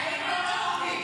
איימן עודה או ביבי?